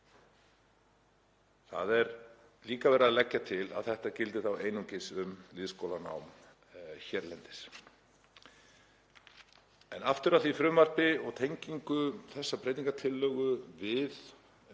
Það er líka verið að leggja til að þetta gildi þá einungis um lýðskólanám hérlendis. Aftur að því frumvarpi og tengingu þessarar breytingartillögu við